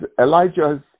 Elijah's